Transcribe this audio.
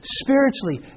spiritually